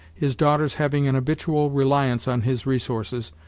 his daughters having an habitual reliance on his resources,